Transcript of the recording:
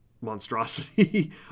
monstrosity